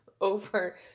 over